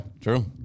true